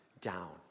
down